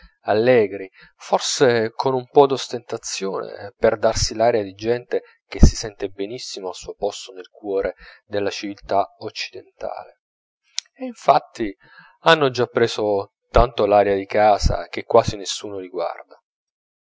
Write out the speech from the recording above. allegri forse con un po d'ostentazione per darsi l'aria di gente che si sente benissimo al suo posto nel cuore della civiltà occidentale e infatti hanno già preso tanto l'aria di casa che quasi nessuno